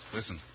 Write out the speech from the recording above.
Listen